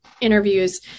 interviews